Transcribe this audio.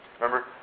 Remember